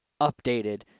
updated